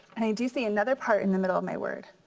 and i do see another part in the middle of my word,